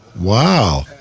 Wow